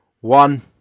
one